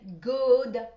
good